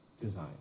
design